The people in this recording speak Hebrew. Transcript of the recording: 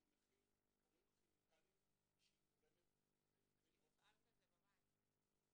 שהוא מכיל כמות כימיקלים שגורמת במקרים --- יש לי מפעל כזה בבית.